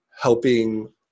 helping